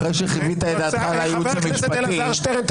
אחרי שחיווית את דעתך על הייעוץ המשפטי -- חבר הכנסת אלעזר שטרן,